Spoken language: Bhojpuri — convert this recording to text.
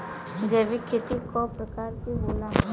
जैविक खेती कव प्रकार के होला?